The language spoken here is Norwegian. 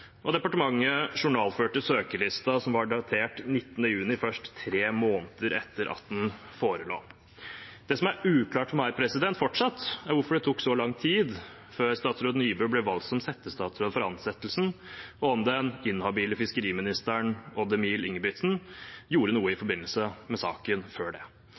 Departementet journalførte søkerlisten, som var datert 19. juni, først tre måneder etter at den forelå. Det som fortsatt er uklart for meg, er hvorfor det tok så lang tid før statsråd Nybø ble valgt som settestatsråd for ansettelsen, og om den inhabile fiskeriministeren, Odd Emil Ingebrigtsen, gjorde noe i forbindelse med saken før det.